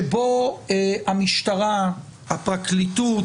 שבו המשטרה, הפרקליטות,